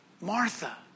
Martha